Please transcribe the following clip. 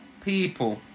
people